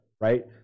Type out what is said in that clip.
Right